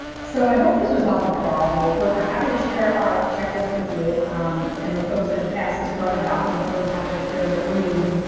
so i hope this was helpful for all of you. we're we're happy to share our checklist with you. i um and know folks have asked us for other documents. i'm always happy to share what we're using,